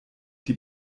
die